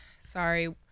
Sorry